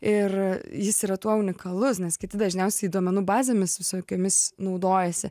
ir jis yra tuo unikalus nes kiti dažniausiai duomenų bazėmis visokiomis naudojasi